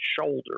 shoulder